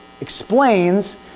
explains